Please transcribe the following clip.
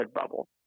bubble